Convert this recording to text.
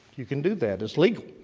you can do that. its legal.